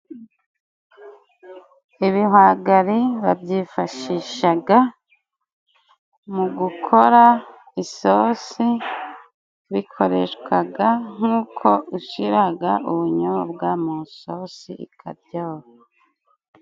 Ibihwagari babyifashishaga mu gukora isosi. Bikoreshwaga nk'uko ushiraga ubunyobwa mu sosi ikaryoha.